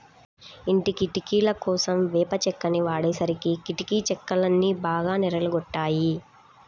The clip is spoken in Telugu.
ఇంటి కిటికీలకోసం వేప చెక్కని వాడేసరికి కిటికీ చెక్కలన్నీ బాగా నెర్రలు గొట్టాయి